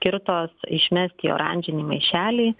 skirtos išmesti į oranžinį maišelį